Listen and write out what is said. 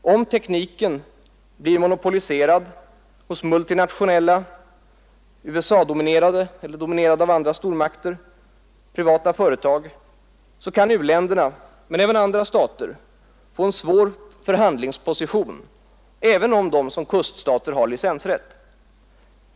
Om tekniken blir monopoliserad hos multinationella, USA-dominerade eller av andra stormakter dominerade privata bolag kan u-länderna — men även andra stater — få en svår förhandlingsposition även om de som kuststater har licensrätt.